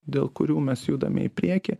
dėl kurių mes judame į priekį